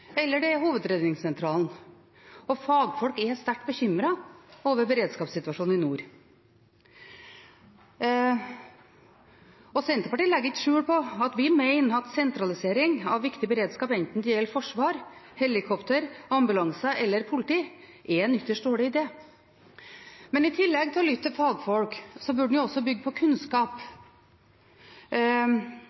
eller det er Hovedredningssentralen. Og fagfolk er sterkt bekymret over beredskapssituasjonen i nord. Senterpartiet legger ikke skjul på at vi mener at sentralisering av viktig beredskap, enten det gjelder forsvar, helikopter, ambulanse eller politi, er en ytterst dårlig idé. I tillegg til å lytte til fagfolk, burde en også bygge på kunnskap.